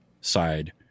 side